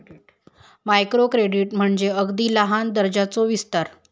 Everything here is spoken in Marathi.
मायक्रो क्रेडिट म्हणजे अगदी लहान कर्जाचो विस्तार